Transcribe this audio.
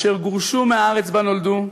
אשר גורשו מהארץ שבה נולדו,